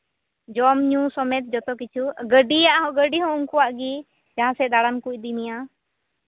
ᱡᱚᱢᱼᱧᱩ ᱥᱚᱢᱮᱛ ᱡᱚᱛᱚ ᱠᱤᱪᱷᱩ ᱜᱟᱹᱰᱤ ᱦᱚᱸ ᱩᱱᱠᱩᱣᱟᱜ ᱜᱮ ᱡᱟᱦᱟᱸ ᱥᱮᱫ ᱫᱟᱬᱟᱱ ᱠᱚ ᱤᱫᱤ ᱢᱮᱭᱟ